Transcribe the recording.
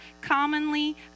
commonly